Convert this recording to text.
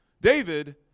David